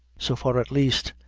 so far at least,